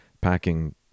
packing